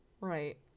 right